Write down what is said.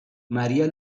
maria